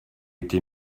été